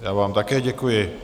Já vám také děkuji.